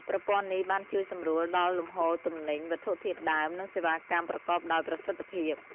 ប្រព័ន្ធនេះបានជួយសម្រួលដល់លំហូរទំនិញ វត្ថុធាតុដើម និងសេវាកម្មប្រកបដោយប្រសិទ្ធភាព។